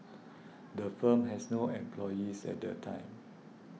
the firm has no employees at the time